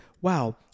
Wow